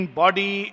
body